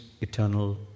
eternal